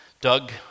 Doug